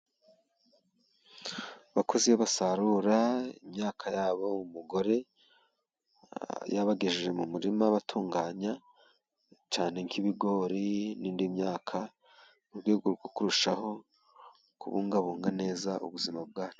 Abakozi iyo basarura imyaka yabo, umugore yabagejeje mu murima batunganya cyane nk'ibigori n'indi myaka mu rwego rwo kurushaho kubungabunga neza ubuzima bwacu.